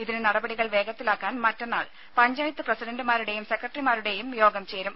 ഇതിന് നടപടികൾ വേഗത്തിലാക്കാൻ മറ്റന്നാൾ പഞ്ചായത്ത് പ്രസിഡന്റുമാരുടെയും സെക്രട്ടറിമാരുടെയും യോഗം ചേരും